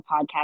podcast